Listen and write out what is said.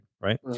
right